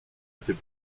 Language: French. était